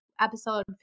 episode